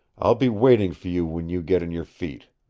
i'll be waiting for you when you get on your feet.